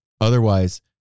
otherwise